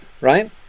right